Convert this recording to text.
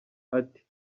ati